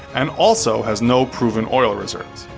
and also has no proven oil reserves.